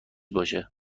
باشه